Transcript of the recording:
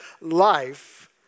life